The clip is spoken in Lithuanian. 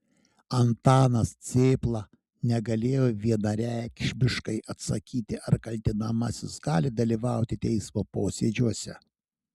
antanas cėpla negalėjo vienareikšmiškai atsakyti ar kaltinamasis gali dalyvauti teismo posėdžiuose